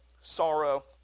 sorrow